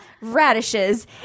radishes